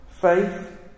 Faith